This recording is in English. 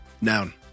Noun